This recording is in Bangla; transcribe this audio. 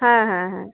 হ্যাঁ হ্যাঁ হ্যাঁ